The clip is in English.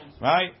right